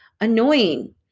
annoying